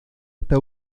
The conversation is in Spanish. esta